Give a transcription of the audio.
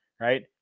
right